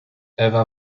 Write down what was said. ewa